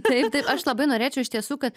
taip taip aš labai norėčiau iš tiesų kad